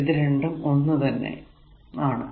ഇത് രണ്ടും ഒന്ന് തന്നെ ആണ്